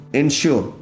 ensure